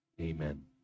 Amen